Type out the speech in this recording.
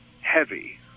heavy